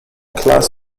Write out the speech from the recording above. class